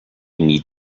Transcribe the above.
need